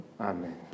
amen